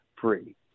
free